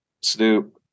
Snoop